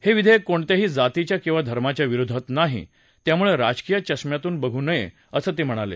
हे विधेयक कोणत्याही जातीच्या किंवा धर्माच्या विरोधात नाही त्याकडे राजकीय चष्म्यातून बघू नये असं ते म्हणाले